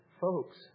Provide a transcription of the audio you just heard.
Folks